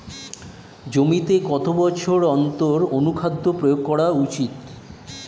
জমিতে কত বছর অন্তর অনুখাদ্য প্রয়োগ করা উচিৎ?